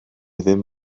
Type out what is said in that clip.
ddim